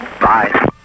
Bye